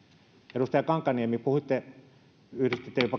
edustaja kankaanniemi yhdistitte jopa